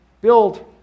Build